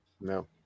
No